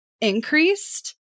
increased